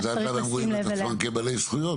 את יודעת למה הם רואים את עצמם כבעלי זכויות?